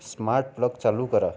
smart plug चालू करा